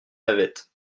navettes